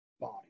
body